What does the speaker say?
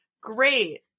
great